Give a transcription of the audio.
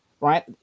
right